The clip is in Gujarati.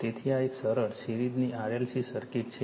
તેથી આ એક સરળ સિરીઝની RLC સર્કિટ છે